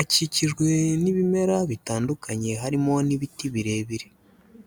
akikijwe n'ibimera bitandukanye harimo n'ibiti birebire.